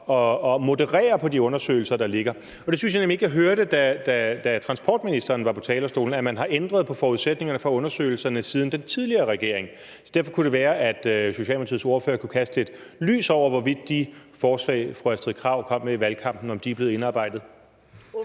og moderere de undersøgelser, der ligger. Og det synes jeg netop ikke at jeg hørte, da transportministeren var på talerstolen, altså det med at man har ændret på forudsætningerne for undersøgelserne siden den tidligere regering. Så derfor kunne det være, at Socialdemokratiets ordfører kunne kaste lidt lys over, hvorvidt de forslag, som fru Astrid Krag kom med i valgkampen, er blevet indarbejdet.